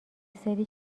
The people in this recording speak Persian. سری